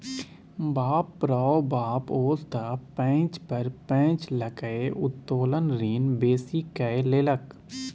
बाप रौ बाप ओ त पैंच पर पैंच लकए उत्तोलन ऋण बेसी कए लेलक